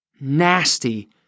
nasty